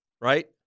Right